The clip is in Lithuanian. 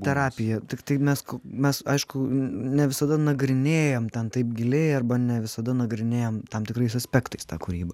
terapija tiktai mes mes aišku ne visada nagrinėjam ten taip giliai arba ne visada nagrinėjam tam tikrais aspektais tą kūrybą